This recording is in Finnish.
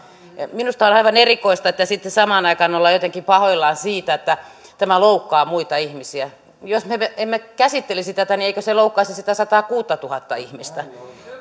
minusta on aivan erikoista että sitten samaan aikaan ollaan jotenkin pahoillaan siitä että tämä loukkaa muita ihmisiä jos me emme käsittelisi tätä niin eikö se loukkaisi niitä sataakuuttatuhatta ihmistä